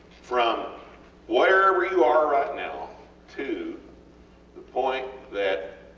from wherever you are right now to the point that